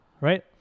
right